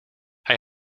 hij